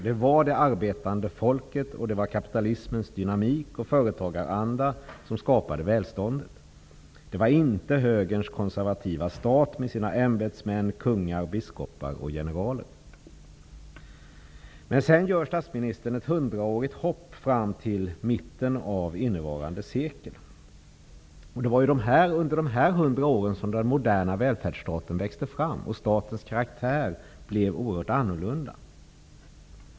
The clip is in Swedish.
Det var det arbetande folket och kapitalismens dynamik och företagaranda som skapade välståndet. Det var inte högerns konservativa stat med sina ämbetsmän, kungar biskopar och generaler. Men sedan gör statsministern ett hundraårigt hopp fram till mitten av innevarande sekel. Det var under dessa 100 år som den moderna välfärdsstaten växte fram. Statens karaktär blev oerhört annorlunda.